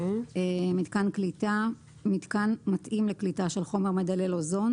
"מיתקן קליטה" מיתקן מתאים לקליטה של חומר מדלל אוזון